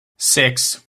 six